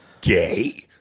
gay